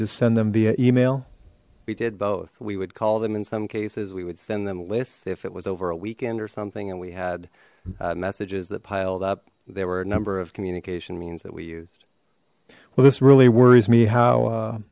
just send them via email we did both we would call them in some cases we would send them lists if it was over a weekend or something and we had messages that piled up there were a number of communication means that we used well this really worries me how